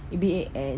E_B_A and